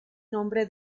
nombre